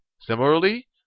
Similarly